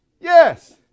Yes